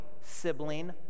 sibling